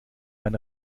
mein